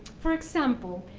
for example,